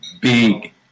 big